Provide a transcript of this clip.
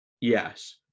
yes